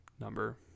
number